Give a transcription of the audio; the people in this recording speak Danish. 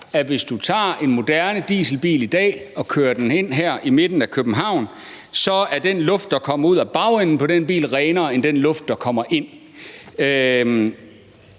at hvis du i dag tager en moderne dieselbil og kører den herind til midten af København, er den luft, der kommer ud af bagenden på den bil, renere end den luft, der kommer ind